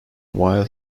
while